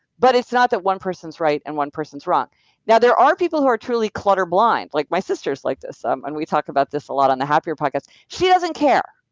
but it's not that one person is right and one person is wrong now, there are people who are truly clutter blind. like my sister is like this some and we talk about this a lot on the happier podcast. she doesn't care.